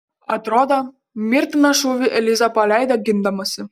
atrodo mirtiną šūvį eliza paleido gindamasi